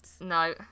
No